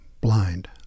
blind